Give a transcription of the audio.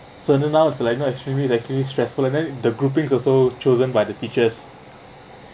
so now now it's like not extremely that makes me stressful uh very the grouping also chosen by the teachers